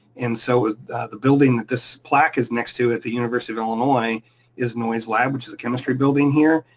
and so the building that this plaque is next to at the university of illinois is noyes lab which is a chemistry building here.